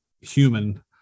human